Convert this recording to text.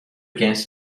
against